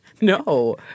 no